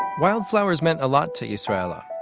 wildflowe rs meant a lot to israela.